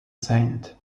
saint